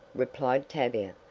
replied tavia.